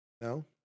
No